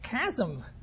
chasm